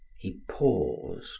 he paused